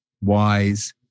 wise